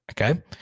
Okay